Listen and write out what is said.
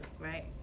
right